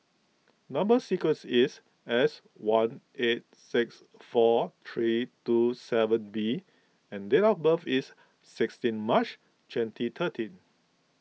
Number Sequence is S one eight six four three two seven B and date of birth is sixteen March twenty thirteen